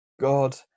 God